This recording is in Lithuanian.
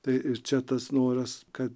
tai ir čia tas noras kad